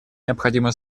необходимо